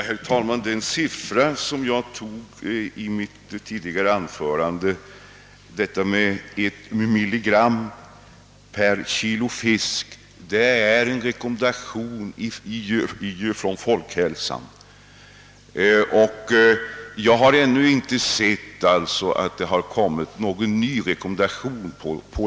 Herr talman! Den siffra som jag nämnde i mitt förra anförande, 1 mg per kg fisk, finns i en rekommendation av statens institut för folkhälsan.